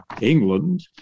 England